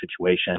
situation